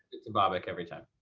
bobak every time.